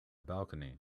balcony